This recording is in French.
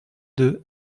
deux